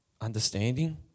understanding